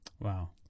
Wow